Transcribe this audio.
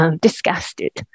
disgusted